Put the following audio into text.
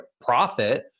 profit